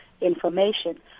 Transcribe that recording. information